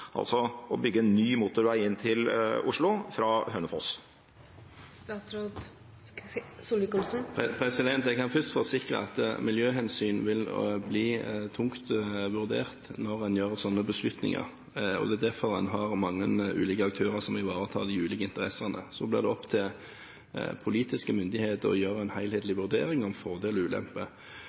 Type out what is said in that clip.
altså å bygge en ny motorvei inn til Oslo fra Hønefoss? Jeg kan først forsikre om at miljøhensyn vil bli tungt vurdert når en gjør sånne beslutninger, og det er derfor en har mange ulike aktører som ivaretar de ulike interessene. Så blir det opp til politiske myndigheter å gjøre en helhetlig vurdering av fordeler og